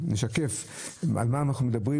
שנשקף על מה אנחנו מדברים,